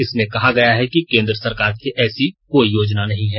इसमें कहा गया है कि केन्द्र सरकार की ऐसी कोई योजना नहीं है